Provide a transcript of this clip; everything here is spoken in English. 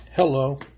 Hello